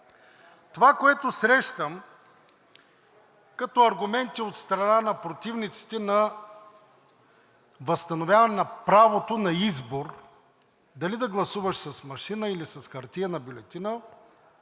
Това, което срещам като аргументи от страна на противниците на възстановяване на правото на избор – дали да гласуваш с машина, или с хартиена бюлетина,